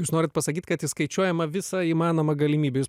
jūs norit pasakyt kad išskaičiuojama visa įmanoma galimybė jūs